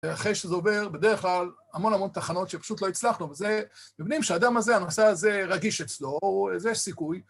אחרי שזה עובר, בדרך כלל, המון המון תחנות שפשוט לא הצלחנו, וזה, מבינים שהאדם הזה, הנושא הזה רגיש אצלו, או..אז יש סיכוי.